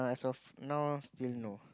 as of now still no